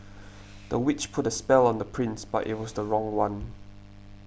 the witch put a spell on the prince but it was the wrong one